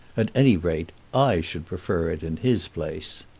at any rate, i should prefer it in his place.